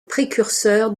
précurseur